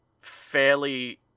fairly